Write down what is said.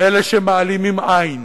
אלה שמעלימים עין,